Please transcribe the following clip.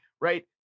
right